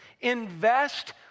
Invest